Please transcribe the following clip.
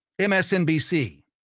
MSNBC